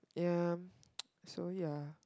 yeah so yeah